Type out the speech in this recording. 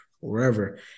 wherever